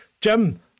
Jim